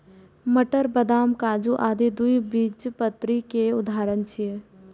मटर, बदाम, काजू आदि द्विबीजपत्री केर उदाहरण छियै